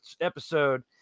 episode